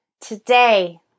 Today